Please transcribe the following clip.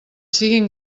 siguin